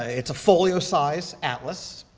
it's a folio-size atlas.